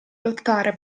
lottare